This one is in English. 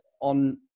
on